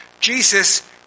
Jesus